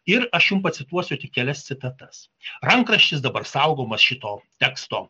ir aš jum pacituosiu tik kelias citatas rankraštis dabar saugomas šito teksto